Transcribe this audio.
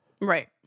Right